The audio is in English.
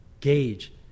gauge